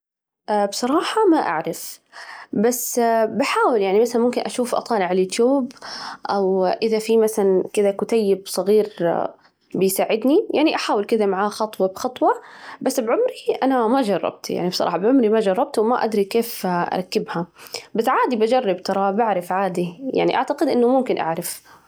بصراحة ما أعرف بس ،بحاول يعني مثلاً ممكن أشوف، أطالع على اليوتيوب، أو إذا في مثلاً كده كتيب صغير بيساعدني يعني أحاول كده معاه خطوة بخطوة، بس بعمري أنا ما جربت يعني بصراحة بعمري ما جربته، وما أدري كيف أركبها ،عادي بجرب، ترى بعرف عادي يعني أعتقد إنه ممكن أعرف.